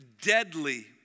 deadly